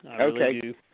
Okay